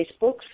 Facebooks